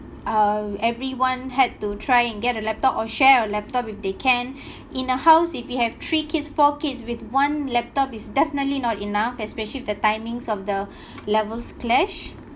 uh everyone had to try and get a laptop or share a laptop if they can in a house if you have three kids four kids with one laptop is definitely not enough especially with the timings of the levels clash